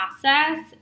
process